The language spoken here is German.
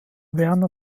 werner